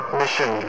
mission